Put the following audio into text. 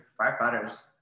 firefighters